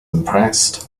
impressed